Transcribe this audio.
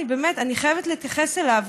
באמת אני חייבת להתייחס אליו,